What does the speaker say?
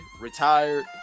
retired